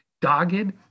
dogged